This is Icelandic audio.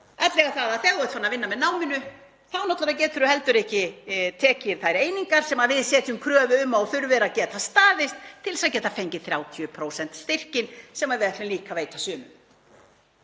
Ellegar það að þegar þú ert farinn að vinna með náminu þá náttúrlega geturðu heldur ekki tekið þær einingar sem við setjum kröfu um að þú þurfir að geta staðist til þess að geta fengið 30% styrkinn sem við ætlum líka að veita sumum.